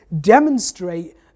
demonstrate